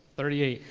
thirty eight.